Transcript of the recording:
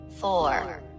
four